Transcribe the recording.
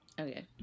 okay